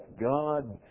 God